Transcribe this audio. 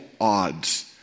odds